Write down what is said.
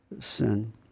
sin